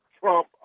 Trump